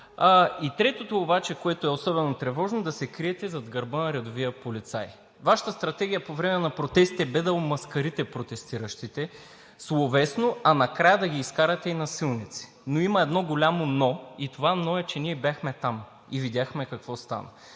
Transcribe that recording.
Третото, което е особено тревожно, е да се криете зад гърба на редовия полицай. Вашата стратегия по време на протестите бе да омаскарите протестиращите словесно, а накрая да ги изкарате и насилници. Има едно голямо „но“ и това „но“ е, че ние бяхме там и видяхме какво стана.